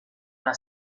una